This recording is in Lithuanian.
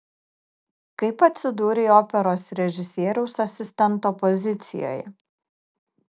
kaip atsidūrei operos režisieriaus asistento pozicijoje